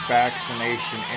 vaccination